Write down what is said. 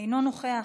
אינו נוכח,